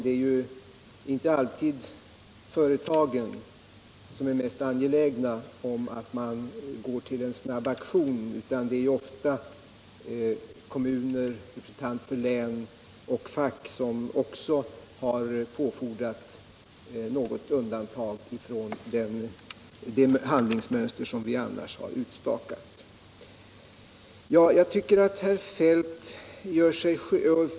Det är inte alltid företagen som är mest angelägna om att man går till snabb aktion, utan det är ofta representanter för kommuner, län och fack som påfordrar något undantag från det handlingsmönster som vi annars har dragit upp.